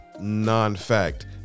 non-fact